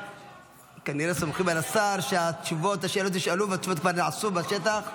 כנראה סומכים על השר שהשאלות נשאלו והתשובות כבר נעשו בשטח,